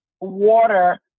water